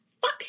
fuck